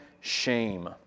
shame